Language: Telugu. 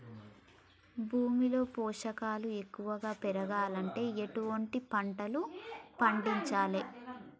భూమిలో పోషకాలు ఎక్కువగా పెరగాలంటే ఎటువంటి పంటలు పండించాలే?